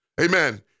Amen